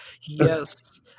Yes